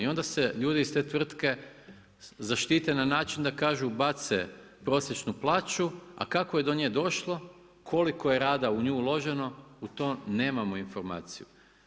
I onda se ljudi iz te tvrtke zaštite na način da kažu bace prosječnu plaću, a kako je do nje došlo, koliko je rada u nju uloženo u to nemamo informaciju.